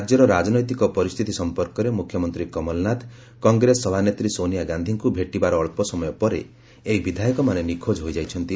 ରାଜ୍ୟର ରାଜନୈତିକ ପରିସ୍ଥିତି ସମ୍ପର୍କରେ ମୁଖ୍ୟମନ୍ତ୍ରୀ କମଲନାଥ କଂଗ୍ରେସ ସଭାନେତ୍ରୀ ସୋନିଆ ଗାନ୍ଧୀଙ୍କୁ ଭେଟିବାର ଅଳ୍ପସମୟ ପରେ ଏହି ବିଧାୟକମାନେ ନିଖୋଜ ହୋଇଯାଇଛନ୍ତି